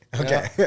okay